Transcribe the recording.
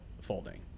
folding